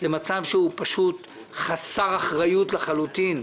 זה מצב שהוא פשוט חסר אחריות לחלוטין.